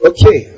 Okay